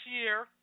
year